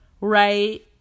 right